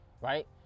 right